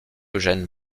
eugène